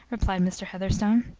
replied mr. heatherstone.